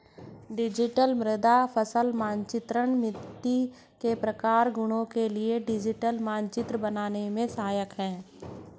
digital मृदा और फसल मानचित्रण मिट्टी के प्रकार और गुणों के लिए डिजिटल मानचित्र बनाने में सहायक है